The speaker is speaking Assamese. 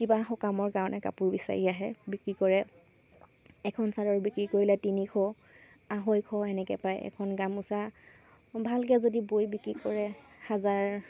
কিবা সকামৰ কাৰণে কাপোৰ বিচাৰি আহে বিক্ৰী কৰে এখন চাদৰ বিক্ৰী কৰিলে তিনিশ আঢ়ৈশ এনেকৈ পায় এখন গামোচা ভালকৈ যদি বৈ বিক্ৰী কৰে হাজাৰ